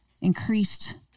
increased